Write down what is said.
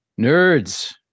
Nerds